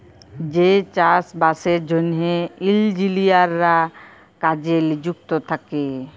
যে চাষ বাসের জ্যনহে ইলজিলিয়াররা কাজে লিযুক্ত থ্যাকে